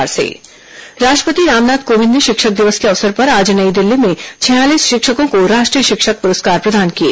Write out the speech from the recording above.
राष्ट्रपति शिक्षक पुरस्कार राष्ट्रपति रामनाथ कोविंद ने शिक्षक दिवस के अवसर पर आज नई दिल्ली में छियालीस शिक्षकों को राष्ट्रीय शिक्षक पुरस्कार प्रदान किये